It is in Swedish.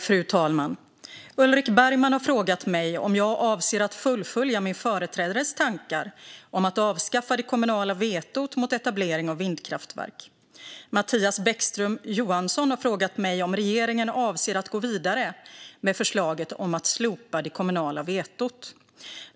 Fru talman! Ulrik Bergman har frågat mig om jag avser att fullfölja min företrädares tankar om att avskaffa det kommunala vetot mot etablering av vindkraftverk. Mattias Bäckström Johansson har frågat mig om regeringen avser att gå vidare med förslaget om att slopa det kommunala vetot.